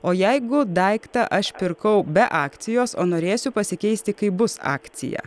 o jeigu daiktą aš pirkau be akcijos o norėsiu pasikeisti kai bus akcija